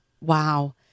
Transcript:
Wow